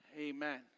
Amen